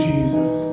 Jesus